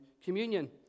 communion